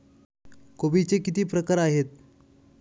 कोबीचे किती प्रकार आहेत?